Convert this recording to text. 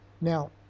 Now